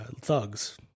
thugs